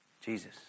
Jesus